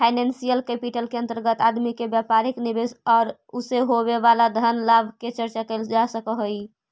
financial capital के अंतर्गत आदमी के व्यापारिक निवेश औउर उसे होवे वाला धन लाभ के चर्चा कैल जा सकऽ हई